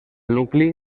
nucli